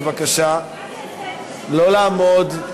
בבקשה לא לעמוד.